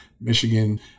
Michigan